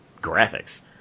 graphics